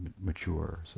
mature